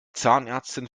zahnärztin